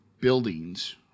buildings